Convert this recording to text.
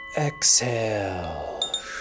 Exhale